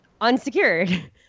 unsecured